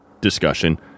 discussion